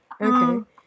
Okay